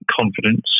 confidence